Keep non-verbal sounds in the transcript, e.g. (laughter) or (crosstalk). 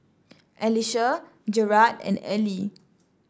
(noise) Elisha Jerad and Ellie